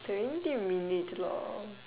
twenty minutes long